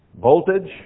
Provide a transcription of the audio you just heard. voltage